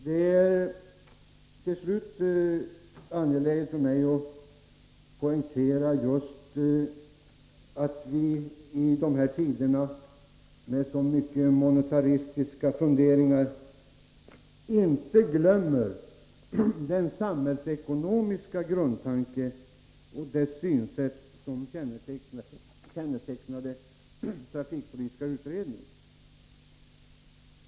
Herr talman! Det är angeläget för mig att poängtera att vi just i dessa tider med så mycket av monetaristiska funderingar inte får glömma den samhällsekonomiska grundtanke och det synsätt som kännetecknade den trafikpolitiska utredningen.